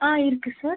ஆ இருக்கு சார்